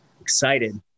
excited